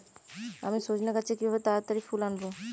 আমি সজনে গাছে কিভাবে তাড়াতাড়ি ফুল আনব?